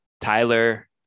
Tyler